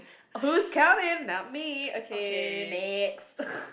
who's counting not me okay next